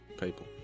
people